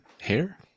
hair